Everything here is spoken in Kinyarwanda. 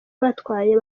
batwaye